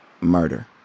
murder